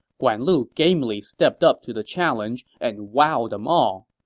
guan lu gamely stepped up to the challenge and wowed them all.